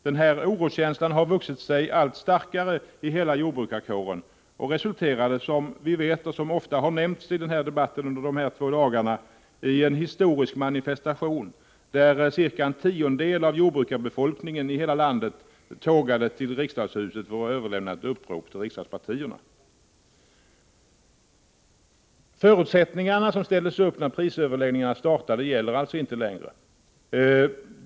Denna oroskänsla har vuxit sig allt starkare i hela jordbrukarkåren och resulterade, som vi vet och som ofta har nämnts i debatten under dessa två dagar, i en historisk manifestation där cirka en tiondel av jordbrukarbefolkningen i hela landet tågade till riksdagshuset för att överlämna ett upprop till riksdagspartierna. De förutsättningar som ställdes upp när prisöverläggningarna startade gäller alltså inte längre.